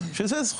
זה אומר